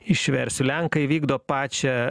išversiu lenkai vykdo pačią